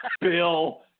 Bill